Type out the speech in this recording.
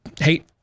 hate